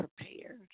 prepared